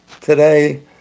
today